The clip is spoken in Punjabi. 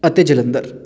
ਅਤੇ ਜਲੰਧਰ